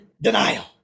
denial